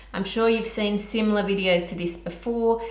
i'm sure you've seen similar videos to this before.